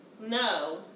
No